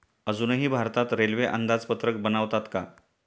अजूनही भारतात रेल्वे अंदाजपत्रक बनवतात का?